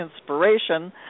inspiration